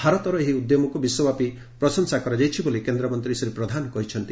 ଭାରତର ଏହି ଉଦ୍ୟମକୁ ବିଶ୍ୱବ୍ୟାପୀ ପ୍ରଶଂସା କରାଯାଇଛି ବୋଲି କେନ୍ଦ୍ରମନ୍ତ୍ରୀ ଶ୍ରୀ ପ୍ରଧାନ କହିଛନ୍ତି